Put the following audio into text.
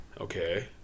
Okay